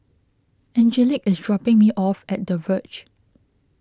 Angelic is dropping me off at the Verge